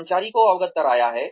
कर्मचारी को अवगत कराया गया है